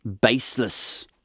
baseless